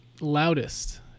loudest